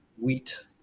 wheat